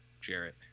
Jarrett